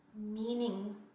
meaning